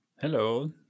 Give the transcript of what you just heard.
Hello